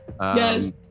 Yes